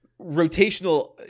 rotational